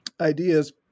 ideas